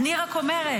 אני רק אומרת: